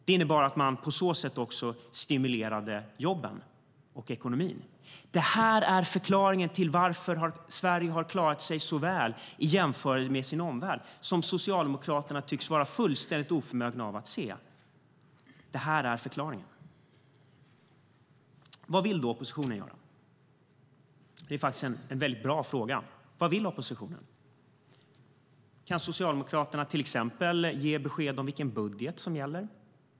Det innebar att man på så sätt också stimulerade jobben och ekonomin. Detta är förklaringen till att Sverige har klarat sig så väl i jämförelse med sin omvärld, vilket Socialdemokraterna tycks vara fullständigt oförmögna att se. Detta är förklaringen. Vad vill då oppositionen göra? Det är faktiskt en mycket bra fråga. Kan Socialdemokraterna till exempel ge besked om vilken budget som gäller?